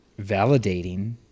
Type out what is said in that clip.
validating